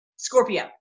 Scorpio